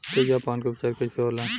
तेजाब पान के उपचार कईसे होला?